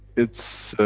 it's.